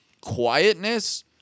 quietness